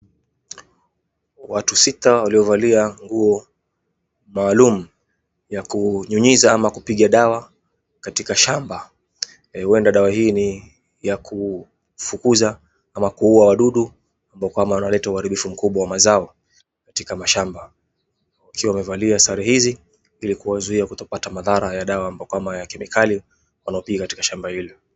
Watu sita waliovalia nguo maalum ya kunyunyiza au kupiga dawa maalum katika shamba huenda dawa hii ni ya kufukuza au kuua wadudu ambao kwamba wanaleta uharibifu wa mazao katika mashamba. Wamevalia sare hizi ili kuwaduia kwa madhara ya madawa katika shamba hilo.